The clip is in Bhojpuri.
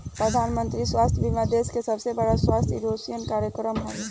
प्रधानमंत्री स्वास्थ्य बीमा देश के सबसे बड़का स्वास्थ्य इंश्योरेंस कार्यक्रम हवे